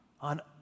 on